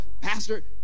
pastor